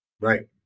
Right